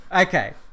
Okay